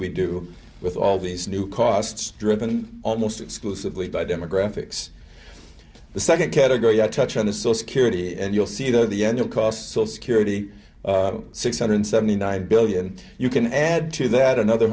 we do with all these new costs driven almost exclusively by demographics the second category i touch on the so security and you'll see that the end of costs will security six hundred seventy nine billion you can add to that another